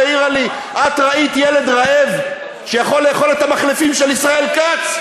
שהעירה לי: את ראית ילד רעב שיכול לאכול את המחלפים של ישראל כץ?